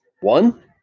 One